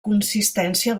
consistència